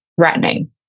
threatening